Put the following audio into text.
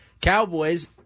Cowboys